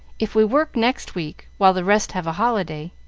if we work next week, while the rest have a holiday.